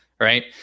right